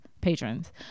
patrons